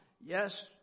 Yes